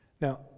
Now